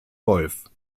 wolff